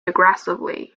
aggressively